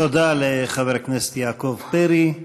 תודה לחבר הכנסת יעקב פרי.